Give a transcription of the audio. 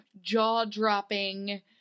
jaw-dropping